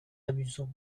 amusant